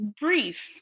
brief